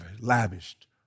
lavished